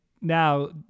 now